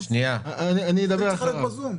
נציגי הסיעות, אתם רוצים לומר משהו?